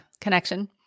connection